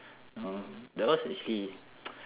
know that was actually